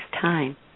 time